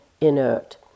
inert